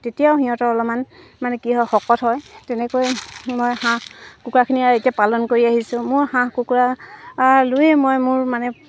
তেতিয়াও সিহঁতৰ অলপমান মানে কি হয় শকত হয় তেনেকৈ মই হাঁহ কুকুৰাখিনি এতিয়া পালন কৰি আহিছোঁ মোৰ হাঁহ কুকুৰা লৈয়ে মই মোৰ মানে